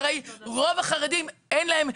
הרי רוב החרדים אין להם,